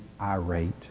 irate